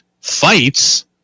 fights